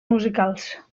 musicals